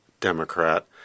Democrat